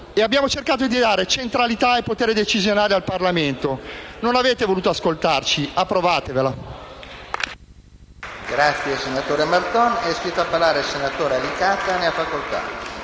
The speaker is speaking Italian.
abbiamo cercato di dare centralità al potere decisionale del Parlamento, ma non avete voluto ascoltarci. Ora approvatevela.